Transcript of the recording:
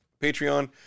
patreon